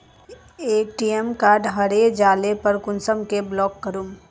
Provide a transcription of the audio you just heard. ATM card हरे जाले पर कुंसम के ब्लॉक करूम?